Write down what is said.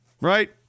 Right